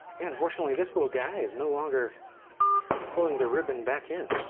unfortunately this little guy is no longer pulling the ribbon back in.